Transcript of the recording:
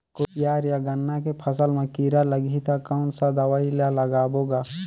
कोशियार या गन्ना के फसल मा कीरा लगही ता कौन सा दवाई ला लगाबो गा?